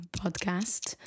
podcast